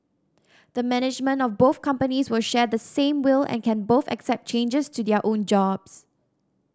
the management of both companies will share the same will and can both accept changes to their own jobs